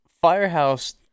Firehouse